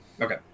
Okay